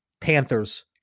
Panthers